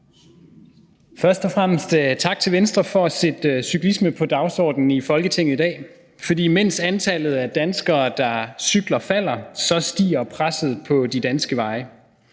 Først og fremmest tak til Venstre for at sætte cyklisme på dagsordenen i Folketinget i dag, for mens antallet af danskere, der cykler, falder, så stiger presset på de danske veje.